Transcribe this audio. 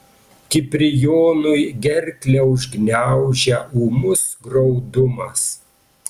kiprijonui gerklę užgniaužia ūmus graudumas